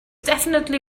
definitely